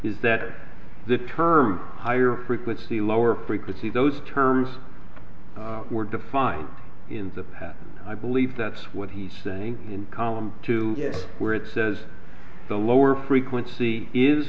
is that the term higher frequency lower frequency those terms were defined in the past i believe that's what he's saying in column two where it says the lower frequency is